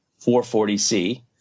440c